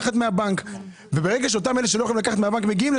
מי שיכול לייצר תחרות אל מול הבנקים הגדולים,